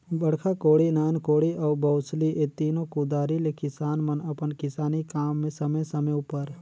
बड़खा कोड़ी, नान कोड़ी अउ बउसली ए तीनो कुदारी ले किसान मन अपन किसानी काम मे समे समे उपर